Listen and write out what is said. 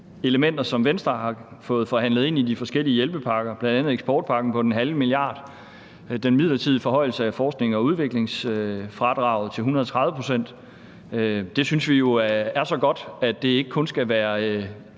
elementer, som Venstre har fået forhandlet ind i de forskellige hjælpepakker – bl.a. eksportpakken på 0,5 mia. kr. og den midlertidige forhøjelse af forsknings- og udviklingsfradraget til 130 pct. synes vi jo er så godt, at det ikke kun skal være